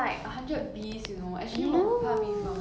you know my brother kena stung by a 蜜蜂 before